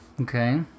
Okay